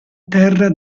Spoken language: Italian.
terra